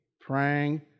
praying